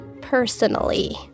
Personally